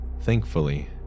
Thankfully